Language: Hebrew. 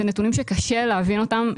זה נתונים שקשה להבין אותם.